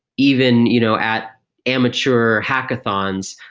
even you know at amateur hackathons,